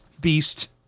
Beast